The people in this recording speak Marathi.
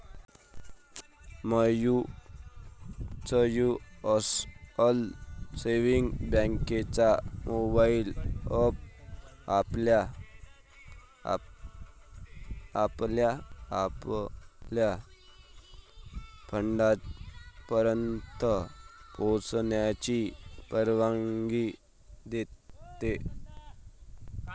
म्युच्युअल सेव्हिंग्ज बँकेचा मोबाइल एप आपल्याला आपल्या फंडापर्यंत पोहोचण्याची परवानगी देतो